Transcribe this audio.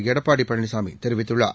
எடப்பாடி பழனிசாமி தெரிவித்துள்ளார்